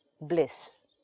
bliss